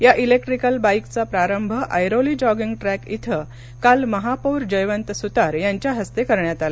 या इलेक्ट्रीकल बाईकचा प्रारंभ ऐरोली जॉगींग ट्रॅक इथं काल महापौर जयवंत सुतार यांच्या हस्ते करण्यात आला